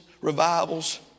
revivals